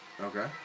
Okay